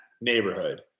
neighborhood